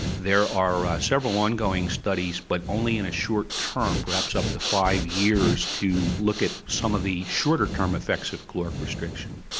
there are several ongoing studies but only in a short term, perhaps up to five years, to look at some of the shorter term effects of caloric restriction.